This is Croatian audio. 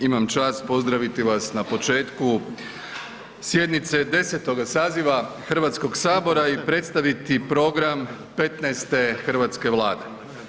Imam čast pozdraviti vas na početku sjednice 10. saziva Hrvatskoga sabora i predstaviti program 15. hrvatske Vlade.